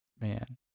Man